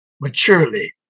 maturely